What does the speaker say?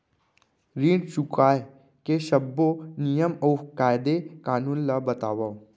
ऋण चुकाए के सब्बो नियम अऊ कायदे कानून ला बतावव